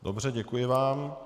Dobře, děkuji vám.